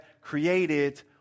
created